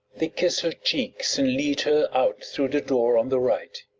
they kiss her cheeks and lead her out through the door on the right.